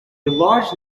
large